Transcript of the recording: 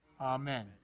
amen